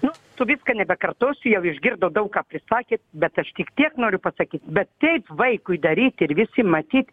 nu su viską nebekartosiu jau išgirdo daug ką prisakė bet aš tik tiek noriu pasakyt bet taip vaikui daryti ir visi matyt